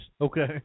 Okay